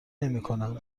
نمیکنم